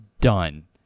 done